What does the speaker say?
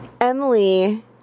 Emily